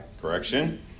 Correction